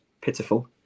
pitiful